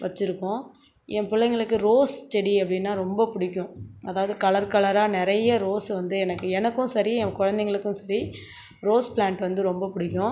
வைச்சிருக்கோம் என் பிள்ளைங்களுக்கு ரோஸ் செடி அப்படினா ரொம்ப பிடிக்கும் அதாவது கலர் கலராக நிறைய ரோஸு வந்து எனக்கு எனக்கும் சரி என் குழந்தைங்களுக்கும் சரி ரோஸ் ப்ளாண்ட் வந்து ரொம்ப பிடிக்கும்